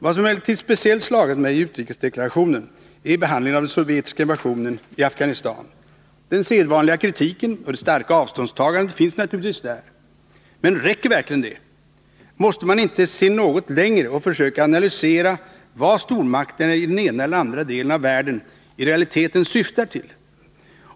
Vad som emellertid speciellt slagit mig i utrikesdeklarationen är behandlingen av den sovjetiska invasionen i Afghanistan. Den sedvanliga kritiken och det starka avståndstagandet finns naturligtvis där, men räcker verkligen detta? Måste man inte se något längre och försöka analysera vad stormakterna i den ena eller andra delen av världen i realiteten syftar till?